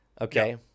Okay